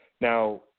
Now